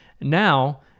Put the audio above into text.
Now